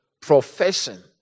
profession